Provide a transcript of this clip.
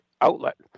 outlet